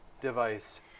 device